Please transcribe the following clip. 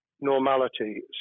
normality